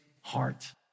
heart